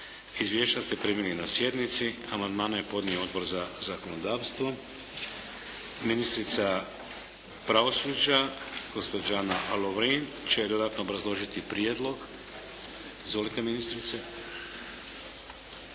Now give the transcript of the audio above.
Izvješća ste primili na sjednici. Amandmane je podnio Odbor za zakonodavstvo. Ministrica pravosuđa, gospođa Ana Lovrin će dodatno obrazložiti prijedlog. Izvolite ministrice.